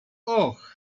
och